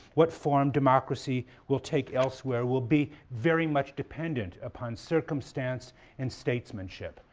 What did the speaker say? what form democracy will take elsewhere will be very much dependent upon circumstance and statesmanship.